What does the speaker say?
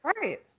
right